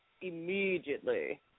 immediately